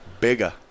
Bigger